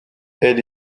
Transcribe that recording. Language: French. elle